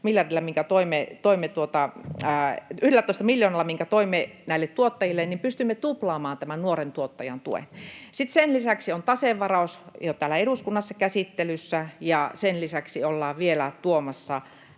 11 miljoonalla, minkä toimme näille tuottajille, pystymme tuplaamaan tämän nuoren tuottajan tuen. Sen lisäksi on tasevaraus jo täällä eduskunnassa käsittelyssä, ja sen lisäksi ollaan vielä tuomassa